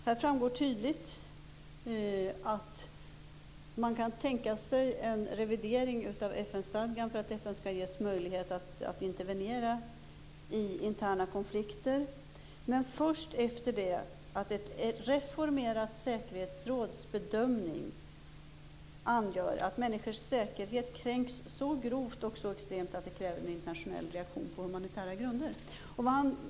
Här framgår tydligt att man kan tänka sig en revidering av FN-stadgan för att FN skall ges möjlighet att intervenera i interna konflikter, men först efter ett reformerat säkerhetsråds bedömning att människors säkerhet kränks så grovt och så extremt att det krävs en internationell reaktion på humanitära grunder.